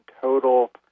total